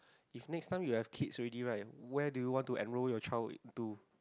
if next time you have kid ready right where do you want to enroll your child with to